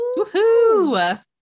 Woohoo